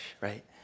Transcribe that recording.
right